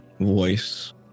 voice